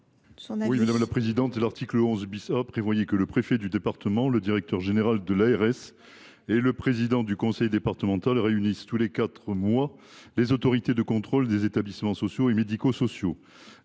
l’avis de la commission ? L’article 11 A prévoyait que le préfet de département, le directeur général de l’ARS et le président du conseil départemental réunissent tous les quatre mois les autorités de contrôle des établissements sociaux et médico sociaux